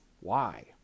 Why